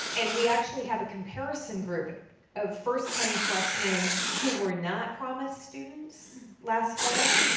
and we actually have a comparison group of first-time freshman who were not promise students last fall,